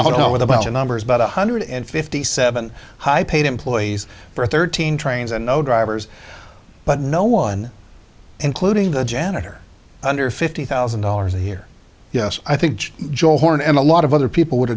glow with about the numbers about one hundred and fifty seven high paid employees for thirteen trains and no drivers but no one including the janitor under fifty thousand dollars a year yes i think joe horn and a lot of other people would